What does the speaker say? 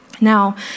Now